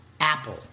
Apple